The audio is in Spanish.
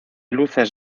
luces